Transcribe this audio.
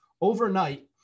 overnight